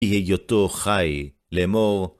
‫היא היותו חי, לאמר,